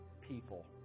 people